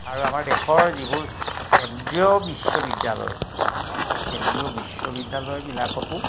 আৰু আমাৰ দেশৰ যিবোৰ কেন্দ্ৰীয় বিশ্ববিদ্যালয় সেই কেন্দ্ৰীয় বিশ্ববিদ্যালয়বিলাকতো